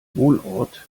wohnort